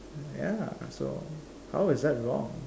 yeah ya so how is that wrong